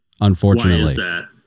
unfortunately